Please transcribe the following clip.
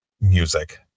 music